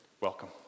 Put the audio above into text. Welcome